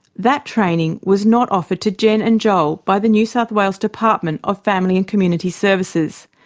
that training was not offered to gen and joel by the new south wales department of family and community services.